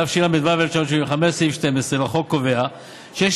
התשל"ו 1975. סעיף 12 לחוק קובע שיש